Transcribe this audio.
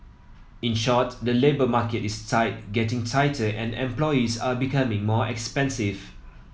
in short the labour market is tight getting tighter and employees are becoming more expensive